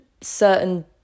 certain